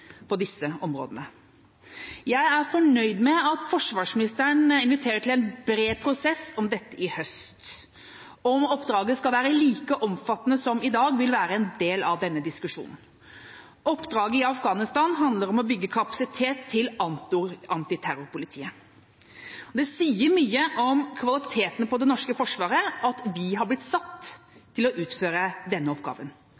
på disse områdene. Jeg er fornøyd med at forsvarsministeren inviterer til en bred prosess om dette i høst. Om oppdraget skal være like omfattende som i dag, vil være en del av denne diskusjonen. Oppdraget i Afghanistan handler om å bygge kapasitet til antiterrorpolitiet. Det sier mye om kvaliteten på det norske forsvaret at vi har blitt